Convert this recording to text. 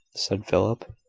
said philip,